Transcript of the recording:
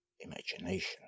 Imagination